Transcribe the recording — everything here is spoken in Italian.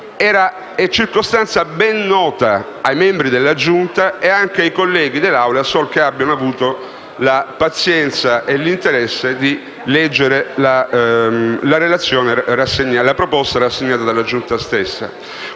sono circostanza ben nota ai membri della Giunta, e anche ai colleghi dell'Assemblea, sol che abbiano avuto la pazienza e l'interesse di leggere la proposta rassegnata dalla Giunta stessa.